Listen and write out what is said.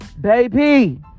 Baby